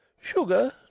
sugar